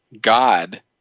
God